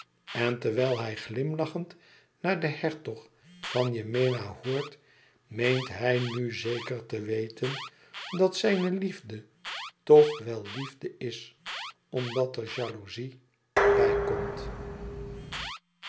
en terwijl hij glimlachend naar den hertog van yemena hoort meent hij nu zeker te weten dat zijne liefde toch wel liefde is omdat er jalouzie bijkomt